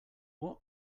what